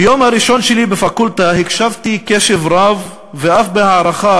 ביום הראשון שלי בפקולטה הקשבתי בקשב רב ואף בהערכה